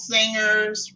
Singers